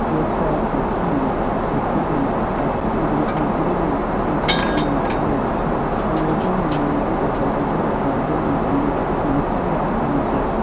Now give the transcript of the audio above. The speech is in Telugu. చేసుకోవాల్సి వచ్చింది ప్రస్తుతానికి ఫస్టు చూపించినప్పుడు మా అక్కకయితే తను నచ్చలేదు మా అక్క ఏజు నా ఏజు దగ్గర దగ్గర ఒక్కలాగే ఉంటుంది ఒక్క సంవత్సరం గ్యాప్ అంతే